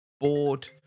Bored